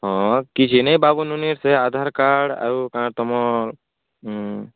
ହଁ କିଛି ନାଇଁ ବାବୁ ନନି ସେ ଆଧାର କାର୍ଡ଼ ଆଉ ତୁମ ହୁଁ